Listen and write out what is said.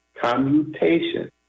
commutation